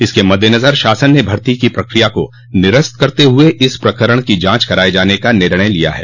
इसके मद्देनज़र शासन ने भर्ती की प्रक्रिया को निरस्त करते हुये इस प्रकरण की जांच कराये जाने का निर्णय लिया है